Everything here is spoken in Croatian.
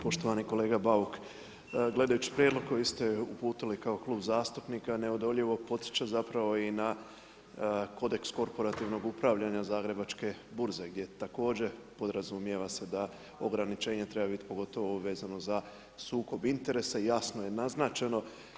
Poštovani kolega Bauk, gledajući prijedlog koji ste uputili kao klub zastupnika neodoljivo podsjeća zapravo i na kodeks korporativnog upravljanja zagrebačke burze gdje također podrazumijeva se da ograničenje treba biti, pogotovo vezano za sukob interesa, jasno je naznačeno.